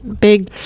big